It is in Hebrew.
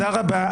תודה רבה.